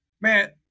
man